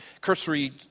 cursory